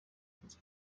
zakoze